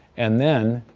and then,